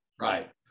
Right